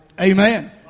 Amen